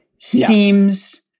Seems